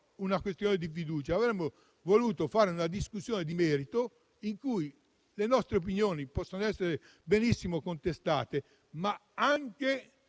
la questione di fiducia, ma fare una discussione di merito. Le nostre opinioni possono essere benissimo contestate, ma almeno